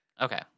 Okay